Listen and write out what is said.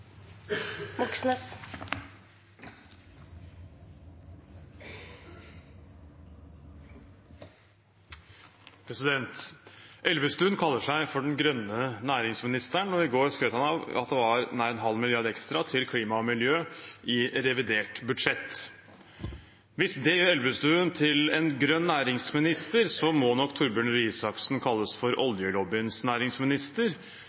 i går skrøt han av at det var nær en halv milliard ekstra til klima og miljø i revidert budsjett. Hvis det gjør Elvestuen til en grønn næringsminister, må nok Torbjørn Røe Isaksen kalles for oljelobbyens næringsminister.